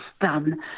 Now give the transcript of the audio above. done